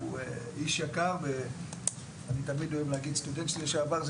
הוא איש יקר ואני תמיד אוהב סטודנט שלי לשעבר.